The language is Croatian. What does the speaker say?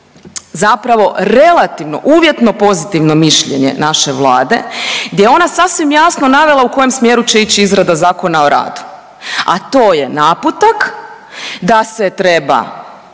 zapravo relativno uvjetno pozitivno mišljenje naše Vlade gdje je ona sasvim jasno navela u kojem smjeru će ići izrada Zakona o radu, a to je naputak da se treba